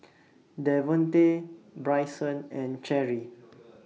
Davonte Brycen and Cheri